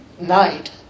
night